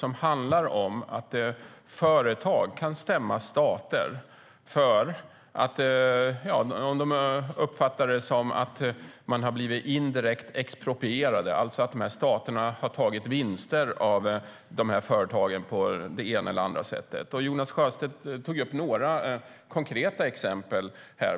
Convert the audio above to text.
Det handlar om att företag kan stämma stater om de uppfattar det som att de har blivit indirekt exproprierade, alltså att staterna har tagit vinster av företagen på det ena eller andra sättet. Jonas Sjöstedt tog upp några konkreta exempel.